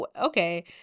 okay